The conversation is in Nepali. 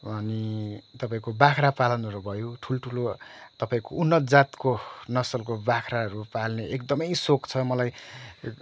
अनि तपाईँको बाख्रा पालनहरू भयो ठुल्ठुलो तपाईँको उन्नत जातको नसलको बाख्राहरू पाल्ने एकदमै सोख छ मलाई